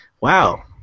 Wow